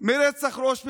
מרצח ראש ממשלה,